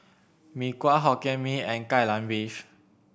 Mee Kuah Hokkien Mee and Kai Lan Beef